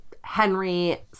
Henry